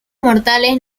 mortales